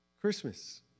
Christmas